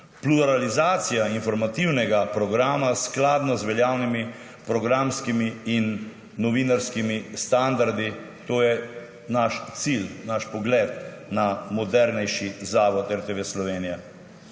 Pluralizacija informativnega programa skladno z veljavnimi programskimi in novinarskimi standardi − to je naš cilj, naš pogled na modernejši zavod RTV Slovenija.